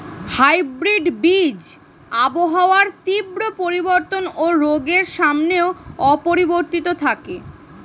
hybrid বীজ আবহাওয়ার তীব্র পরিবর্তন ও রোগের সামনেও অপরিবর্তিত থাকে